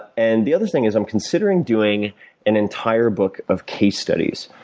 and the other thing is i'm considering doing an entire book of case studies.